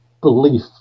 belief